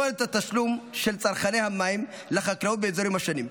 יכולת התשלום של צרכני המים לחקלאות באזורים השונים,